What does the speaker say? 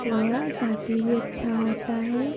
खोया काफ़ी भी अच्छा होता है